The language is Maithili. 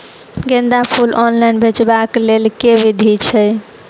गेंदा फूल ऑनलाइन बेचबाक केँ लेल केँ विधि छैय?